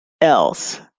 else